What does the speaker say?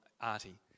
arty